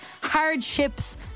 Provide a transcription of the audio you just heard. Hardships